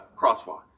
crosswalk